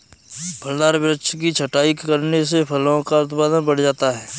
फलदार वृक्ष की छटाई करने से फलों का उत्पादन बढ़ जाता है